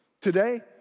Today